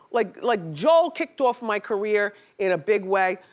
like like joel kicked off my career in a big way,